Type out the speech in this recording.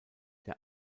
der